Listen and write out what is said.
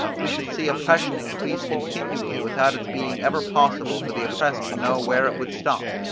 we should see oppression increase continually without its being ever possible for the oppressed to know where it would stop,